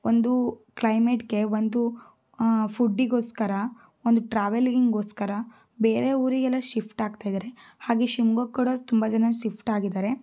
ಒಂದು ಕ್ಲೈಮೆಟ್ಗೆ ಒಂದು ಫುಡ್ಡಿಗೋಸ್ಕರ ಒಂದು ಟ್ರಾವೆಲಿಂಗ್ಗೋಸ್ಕರ ಬೇರೆ ಊರಿಗೆಲ್ಲ ಶಿಫ್ಟ್ ಆಗ್ತಾ ಇದ್ದಾರೆ ಹಾಗೆ ಶಿವಮೊಗ್ಗಕ್ಕೆ ಕೂಡ ತುಂಬ ಜನ ಶಿಫ್ಟ್ ಆಗಿದ್ದಾರೆ